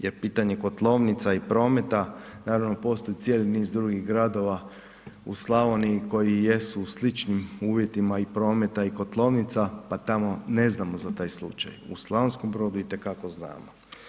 Jer pitanje kotlovnica i prometa, naravno postoji cijeli niz drugih gradova u Slavoniji koji jesu u sličnim uvjetima i prometa i kotlovnica pa tamo ne znamo za taj slučaj, u Slavonskom Brodu itekako znamo.